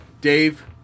Dave